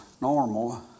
normal